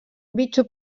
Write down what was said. bitxo